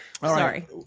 Sorry